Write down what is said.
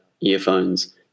earphones